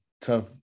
tough